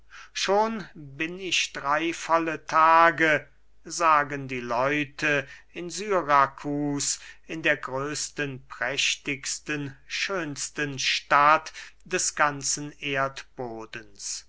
schon bin ich drey volle tage sagen die leute in syrakus in der größten prächtigsten schönsten stadt des ganzen erdbodens